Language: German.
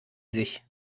sich